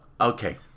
okay